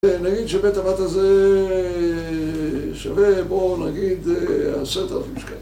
נגיד שבית הבת הזה שווה בואו נגיד עשרת אלפים שקלים